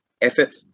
effort